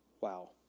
Wow